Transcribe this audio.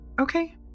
Okay